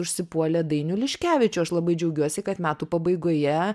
užsipuolė dainių liškevičių aš labai džiaugiuosi kad metų pabaigoje